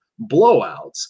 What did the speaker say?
blowouts